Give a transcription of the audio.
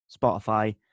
Spotify